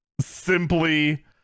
Simply